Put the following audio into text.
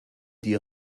die